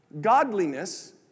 Godliness